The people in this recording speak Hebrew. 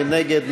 מי נגד?